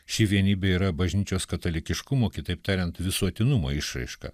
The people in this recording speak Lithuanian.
ši vienybė yra bažnyčios katalikiškumo kitaip tariant visuotinumo išraiška